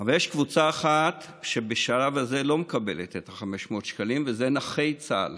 אבל יש קבוצה אחת שבשלב הזה לא מקבלת את 500 השקלים ואלה נכי צה"ל.